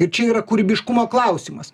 ir čia yra kūrybiškumo klausimas